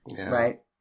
Right